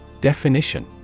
Definition